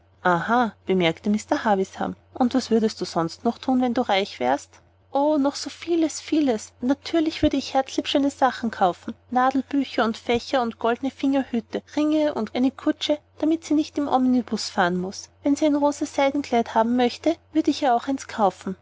aha bemerkte mr havisham und was würdest du denn sonst noch thun wenn du reich wärest o noch so vieles vieles natürlich würde ich herzlieb schöne sachen kaufen nadelbücher und fächer und goldne fingerhüte und ringe und konv'ationslexikon und eine kutsche damit sie nicht im om'ibus fahren muß wenn sie ein rosa seidenkleid haben möchte würd ich ihr auch eins kaufen